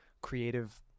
creative